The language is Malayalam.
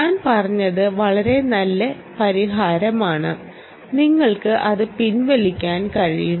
ഞാൻ പറഞ്ഞത് വളരെ നല്ല പരിഹാരമാണ് നിങ്ങൾക്ക് അത് പിൻവലിക്കാൻ കഴിയും